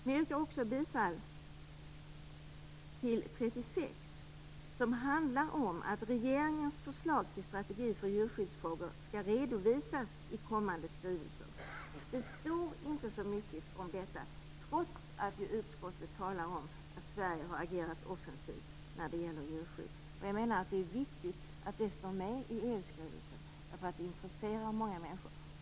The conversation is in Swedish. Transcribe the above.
Jag yrkar också bifall till reservation 36, som handlar om att regeringens förslag till strategi för djurskyddsfrågor skall redovisas i kommande skrivelse. Det stod inte så mycket om detta i betänkandet, trots att utskottet talar om att Sverige har agerat offensivt när det gäller djurskydd. Det är viktigt att detta står med i EU-skrivelsen, eftersom det intresserar många människor.